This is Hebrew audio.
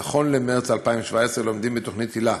נכון למרס 2017 לומדים בתוכנית היל"ה